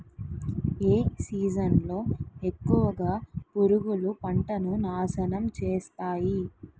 ఏ season లో ఎక్కువుగా పురుగులు పంటను నాశనం చేస్తాయి?